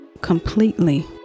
completely